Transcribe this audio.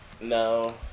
No